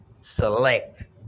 select